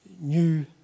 new